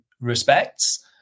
respects